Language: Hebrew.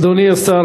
אדוני השר,